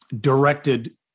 directed